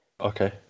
Okay